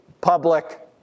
public